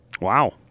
Wow